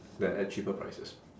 that at cheaper prices